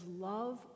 love